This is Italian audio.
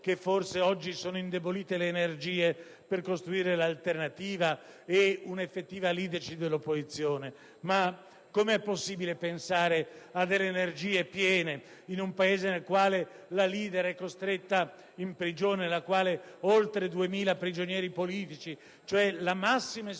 che forse oggi sono indebolite le energie per costruire l'alternativa e un'effettiva *leadership* dell'opposizione; ma com'è possibile pensare a delle energie piene in un Paese nel quale la leader è costretta in prigione e ove vi sono oltre 2.000 prigionieri politici, cioè la massima espressione